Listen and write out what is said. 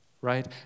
right